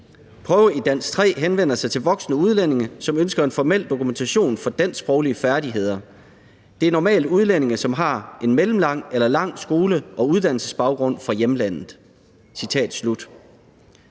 »Prøve i Dansk 3 henvender sig til voksne udlændinge, som ønsker en formel dokumentation for dansksproglige færdigheder. Det er normalt udlændinge, som har en mellemlang eller lang skole- og uddannelsesbaggrund fra hjemlandet.«